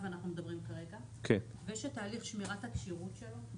אנחנו מדברים כרגע ויש את תהליך שמירת הכשירות שלו.